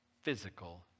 physical